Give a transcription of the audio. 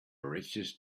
richest